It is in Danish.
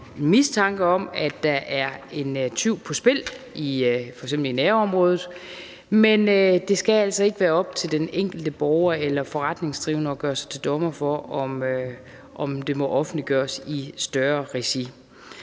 en mistanke om, at der er en tyv på spil i f.eks. nærområdet. Men det skal altså ikke være op til den enkelte borger eller forretningsdrivende at gøre sig til dommer over, om det må offentliggøres i et større regi.